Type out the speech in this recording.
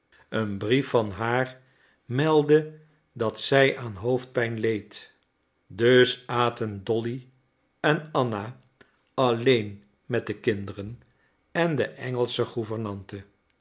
een brief van haar meldde dat zij aan hoofdpijn leed dus aten dolly en anna alleen met de kinderen en de engelsche